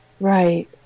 right